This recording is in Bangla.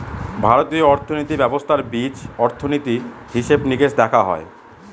ভারতীয় অর্থনীতি ব্যবস্থার বীজ অর্থনীতি, হিসেব নিকেশ দেখা হয়